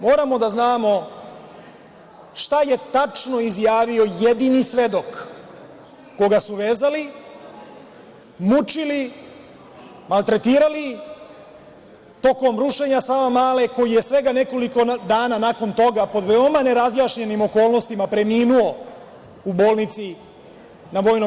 Moramo da znamo šta je tačno izjavio jedini svedok koga su vezali, mučili, maltretirali tokom rušenja Savamale, koji je svega nekoliko dana nakon toga, pod veoma nerazjašnjenim okolnostima, preminuo u bolnici na VMA?